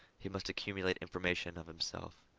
he must accumulate information of himself,